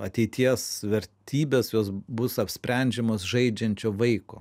ateities vertybės jos bus apsprendžiamos žaidžiančio vaiko